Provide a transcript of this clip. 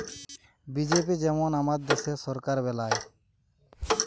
BJP যেমল আমাদের দ্যাশের সরকার বেলায়